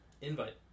Invite